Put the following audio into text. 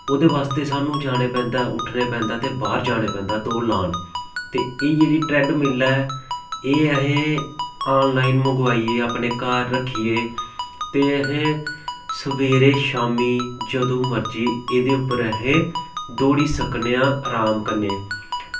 ओह्दे बास्तै सानूं जाना पौंदा ऐ उट्ठना पौंदा ऐ ते बाह्र जाना पौंदा ऐ ते दौड़ लान ते एह् जेह्ड़ी ट्रैडमिल ऐ एह् असें ऑनलाईन मंगवाई अपने घर रक्खी ऐ ते असें सवेरै शामीं जदूं मरज़ी एह्दे उप्पर असें दौड़ी सकने आं अराम कन्नै